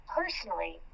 personally